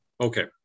Okay